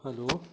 hello